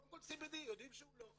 קודם כל CBD יודעים שהוא לא.